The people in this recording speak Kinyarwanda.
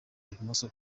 ibumoso